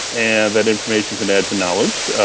and that information can add to knowledge,